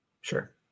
Sure